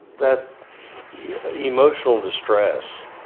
that emotional distress